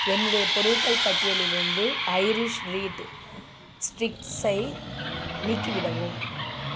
என்னுடைய பொருட்கள் பட்டியலிலிருந்து ஐரிஸ் ரீட் ஸ்டிக்ஸை நீக்கிவிடவும்